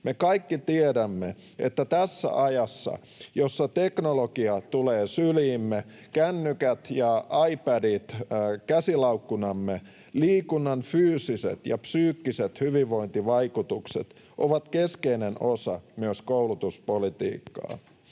Me kaikki tiedämme, että tässä ajassa, jossa teknologia tulee syliimme kännykät ja iPadit käsilaukkunamme, liikunnan fyysiset ja psyykkiset hyvinvointivaikutukset ovat keskeinen osa myös koulutuspolitiikkaa.